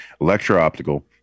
electro-optical